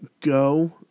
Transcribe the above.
go